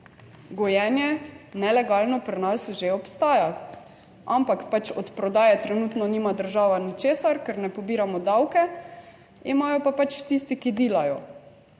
gojenje nelegalno pri nas že obstaja, ampak pač od prodaje trenutno nima država ničesar, ker ne pobiramo davke, imajo pa pač tisti, ki dilajo.